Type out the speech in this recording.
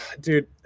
dude